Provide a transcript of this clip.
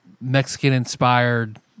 Mexican-inspired